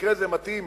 במקרה זה מתאים